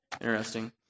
interesting